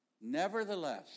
Nevertheless